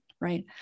Right